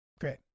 Great